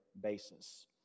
basis